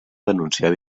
denunciar